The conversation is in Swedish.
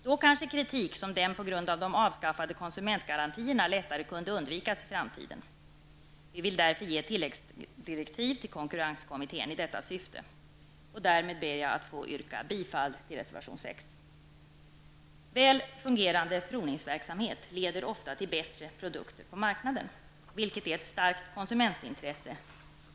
Då kanske kritik såsom den på grund av de avskaffade konsumentgarantierna lättare kunde undvikas för framtiden. Vi vill därför ge tilläggsdirektiv till konkurrenskommittén i detta syfte. Därmed ber jag att få yrka bifall till reservation 6. En väl fungerande provningsverksamhet leder ofta till bättre produkter på marknaden, vilket är ett starkt konsumentintresse.